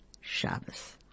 Shabbos